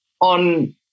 on